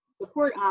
support